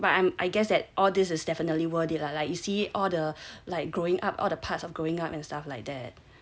yes correct but I'm I guess that all this is definitely worth it lah like you see all the like growing up all the parts of growing up and stuff like that